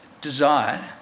desire